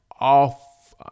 off